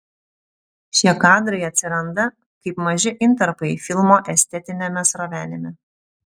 šie kadrai atsiranda kaip maži intarpai filmo estetiniame srovenime